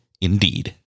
Indeed